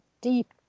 deep